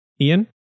Ian